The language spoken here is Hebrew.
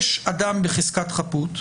יש אדם בחזקת חפות,